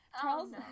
Charles